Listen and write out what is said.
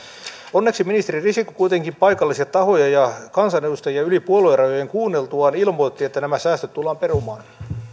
onneksi ministeri risikko kuitenkin paikallisia tahoja ja kansanedustajia yli puoluerajojen kuunneltuaan ilmoitti että nämä säästöt tullaan perumaan